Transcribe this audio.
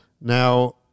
Now